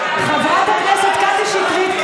חברת הכנסת קטי שטרית,